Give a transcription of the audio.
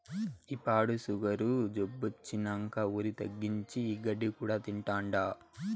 ఈ పాడు సుగరు జబ్బొచ్చినంకా ఒరి తగ్గించి, ఈ గడ్డి కూడా తింటాండా